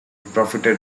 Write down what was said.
profited